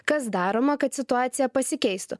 kas daroma kad situacija pasikeistų